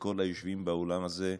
וכל היושבים באולם הזה.